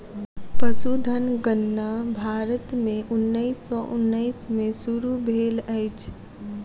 पशुधन गणना भारत में उन्नैस सौ उन्नैस में शुरू भेल अछि